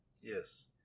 Yes